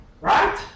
right